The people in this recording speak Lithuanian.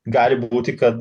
gali būti kad